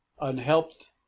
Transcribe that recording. unhelped